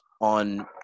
on